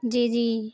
جی جی